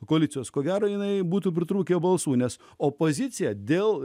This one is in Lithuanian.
koalicijos ko gero jinai būtų pritrūkę balsų nes opozicija dėl